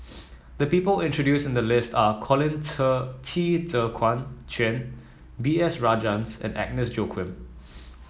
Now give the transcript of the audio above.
the people introduce in the list are Colin Qi Zhe Quan B S Rajhans and Agnes Joaquim